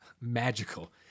magical